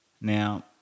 Now